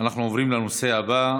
אנחנו עוברים להצבעה על